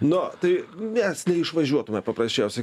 nu tai nes išvažiuotume paprasčiausiai